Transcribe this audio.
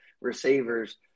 receivers